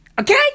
Okay